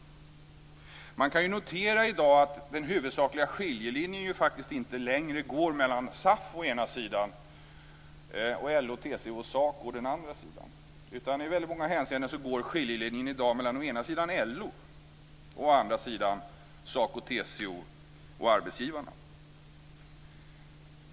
I dag kan man notera att den huvudsakliga skiljelinjen faktiskt inte längre går mellan SAF å ena sidan och LO, TCO och SACO å den andra sidan. I väldigt många hänseenden går skiljelinjen i dag mellan å ena sidan LO och å andra sidan SACO, TCO och arbetsgivarna.